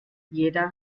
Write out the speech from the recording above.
jeder